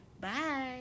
Bye